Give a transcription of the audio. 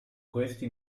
questi